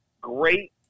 great